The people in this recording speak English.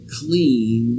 clean